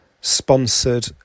sponsored